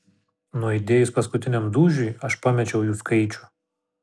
nuaidėjus paskutiniam dūžiui aš pamečiau jų skaičių